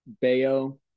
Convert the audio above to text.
Bayo